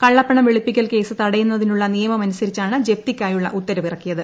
കള്ളപ്പണം വെളുപ്പിക്കൽ കേസ് തടയുന്നതിനുള്ള നിയമമനുസരിച്ചാണ് ജപ്തിക്കായുള്ള ഉത്തരവിറക്കിയത്